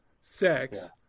sex